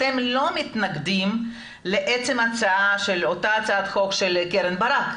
אתם לא מתנגדים לעצם ההצעה של אותה הצעת חוק של קרן ברק,